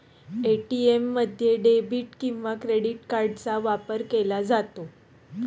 ATM मध्ये debit किंवा credit कार्डचा वापर केला जातो